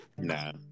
Nah